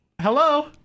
Hello